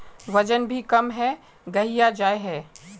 वजन भी कम है गहिये जाय है?